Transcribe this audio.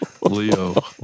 Leo